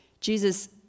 Jesus